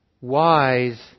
wise